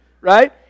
Right